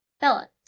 Bella